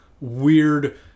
weird